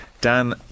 Dan